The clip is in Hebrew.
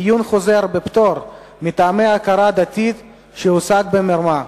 עיון חוזר בפטור מטעמי הכרה דתית שהושג במרמה),